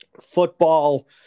football